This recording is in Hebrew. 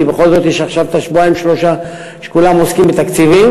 כי בכל זאת יש עכשיו שבועיים-שלושה שכולם עוסקים בתקציבים.